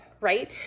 right